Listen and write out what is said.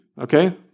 Okay